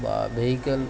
বা ভেহিকেল